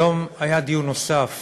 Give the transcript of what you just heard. היום היה דיון נוסף